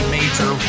Major